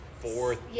Fourth